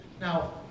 Now